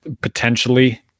potentially